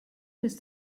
ist